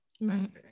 Right